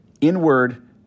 inward